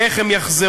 איך הם יחזרו,